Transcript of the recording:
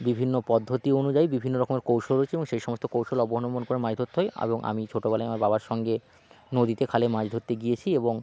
বিভিন্ন পদ্ধতি অনুযায়ী বিভিন্ন রকমের কৌশল রয়েছে এবং সেই সমস্ত কৌশল অবলম্বন করে মাছ ধরতে হয় এবং আমি ছোটবেলায় আমার বাবার সঙ্গে নদীতে খালে মাছ ধরতে গিয়েছি এবং